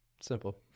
Simple